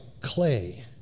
clay